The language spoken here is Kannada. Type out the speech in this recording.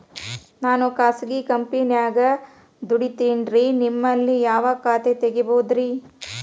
ನಾನು ಖಾಸಗಿ ಕಂಪನ್ಯಾಗ ದುಡಿತೇನ್ರಿ, ನಿಮ್ಮಲ್ಲಿ ಯಾವ ಖಾತೆ ತೆಗಿಬಹುದ್ರಿ?